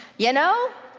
you know,